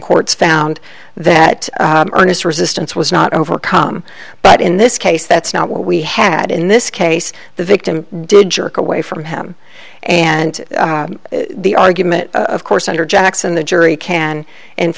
courts found that honest resistance was not overcome but in this case that's not what we had in this case the victim did jerk away from him and the argument of course under jackson the jury can